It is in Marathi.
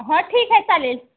हां ठीक आहे चालेल